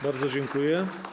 Bardzo dziękuję.